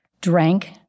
drank